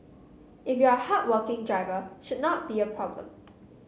if you're a hardworking driver should not be a problem